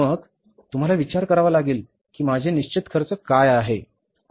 मग तुम्हाला विचार करावा लागेल की माझे निश्चित खर्च काय आहे